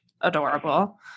Adorable